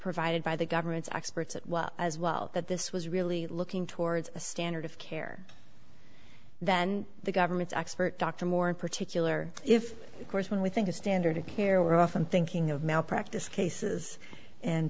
provided by the government's experts at well as well that this was really looking towards a standard of care then the government's expert dr moore in particular if course when we think of standard of care we're often thinking of malpractise cases and